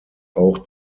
auch